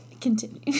continue